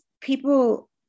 people